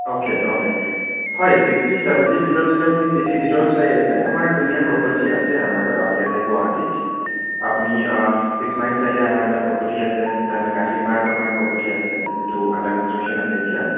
okay okay হয় fifty চেভেনটিৰ ভিতৰত যদি আপুনি চিটিৰ ভিতৰত চাই আছে আমাৰ ধুনীয়া প্ৰপাৰ্টি আছে আমাৰ ইয়াতে গুৱাহাটীত আপুনি চিক্স মাইল চাইডে আমাৰ এটা প্ৰপাৰ্টি আছে ডেন কাহিলিপাৰাতো আমাৰ প্ৰপাৰ্টি আছে যিটো আণ্ডাৰ কনষ্ট্ৰাকচন আছে এতিয়া